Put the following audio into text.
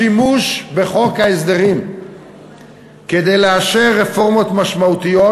השימוש בחוק ההסדרים כדי לאשר רפורמות משמעותיות,